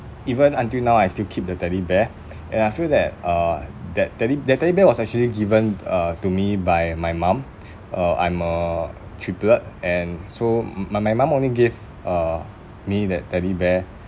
even until now I still keep the teddy bear and I feel that uh that teddy that teddy bear was actually given uh to me by my mum uh I'm a triplet and so m~ my mum only give uh me that teddy bear